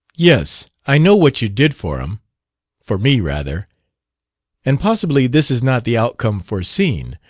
yes, i know what you did for him for me, rather and possibly this is not the outcome foreseen.